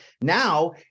Now